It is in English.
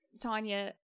tanya